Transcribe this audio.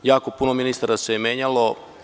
Jako puno ministara se menjalo.